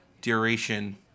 duration